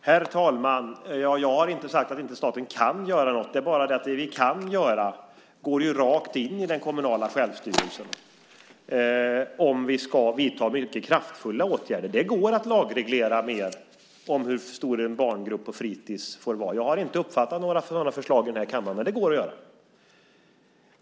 Herr talman! Jag har inte sagt att staten inte kan göra något. Det är bara det att det vi kan göra ju går rakt in i den kommunala självstyrelsen om vi ska vidta mycket kraftfulla åtgärder. Det går att lagreglera mer om hur stor en barngrupp på fritids får vara. Jag har inte uppfattat några sådana förslag i den här kammaren, men det går att göra.